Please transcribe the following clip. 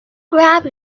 grab